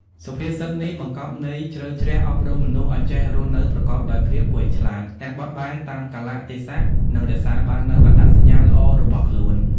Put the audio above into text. សុភាសិតនេះបង្កប់ន័យជ្រៅជ្រះ អប់រំមនុស្សឱ្យចេះរស់នៅប្រកបដោយភាពវៃឆ្លាត ទាំងបត់បែនតាមកាលៈទេសៈ និងរក្សាបាននូវអត្តសញ្ញាណល្អរបស់ខ្លួន។